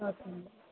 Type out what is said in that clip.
okay